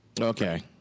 Okay